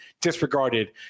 disregarded